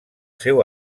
seu